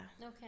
Okay